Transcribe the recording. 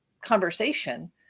conversation